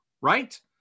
right